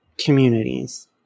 communities